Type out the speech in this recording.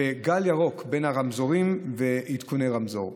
גל ירוק בין הרמזורים ועדכוני רמזור.